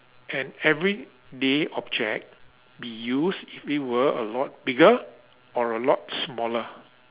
an everyday object be used if it were a lot bigger or a lot smaller